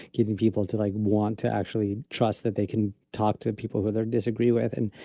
getting people to like, want to actually trust that they can talk to people who they disagree with and